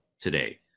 today